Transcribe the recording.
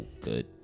good